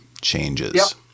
Changes